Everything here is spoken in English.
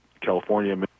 California